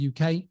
uk